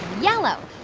yellow.